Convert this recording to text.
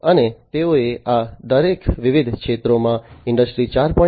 અને તેઓએ આ દરેક વિવિધ ક્ષેત્રોમાં ઇન્ડસ્ટ્રી 4